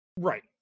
Right